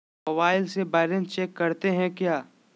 Mobile से balance check करते हैं क्या?